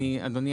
אדוני,